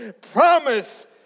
promise